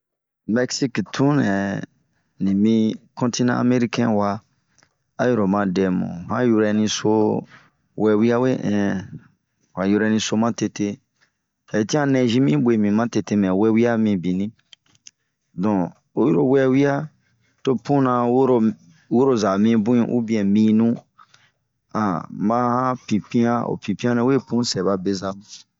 Mɛkisik a tun nɛ limi kontina amɛrikɛn wa.aoyi o ma dɛmu ,ho yura so, wewia we ɛnn han yurɛniso matete, aretin a nɛzi migue bin matete mɛ wewia minbin. Donh oyi lo wewia, to puna woroza mibun ubiɛn minuu, an ma ho piian ,pipian nɛwe pun sɛba beza.